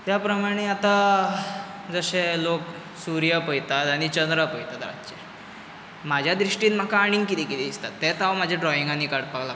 त्या प्रमाणे आतां जशें लोक सुर्य पळयतात आनी चंद्र पळयतात रातचे म्हज्या दृश्टीन म्हाका आनीक कितें कितें दिसता तेंच हांव म्हज्या ड्रॉइंगानी काडपाक लगता